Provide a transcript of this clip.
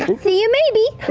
see you, maybe!